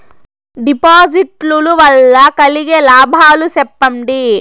డిపాజిట్లు లు వల్ల కలిగే లాభాలు సెప్పండి?